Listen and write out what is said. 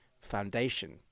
foundation